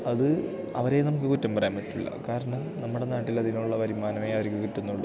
അത് അവരെ നമുക്ക് കുറ്റം പറയാൻ പറ്റില്ല കാരണം നമ്മുടെ നാട്ടിലതിനുള്ള വരുമാനമേ അവര്ക്കു കിട്ടുന്നുള്ളൂ